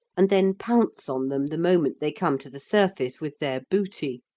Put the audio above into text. and then pounce on them the moment they come to the surface with their booty.